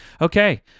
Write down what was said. okay